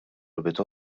logħbiet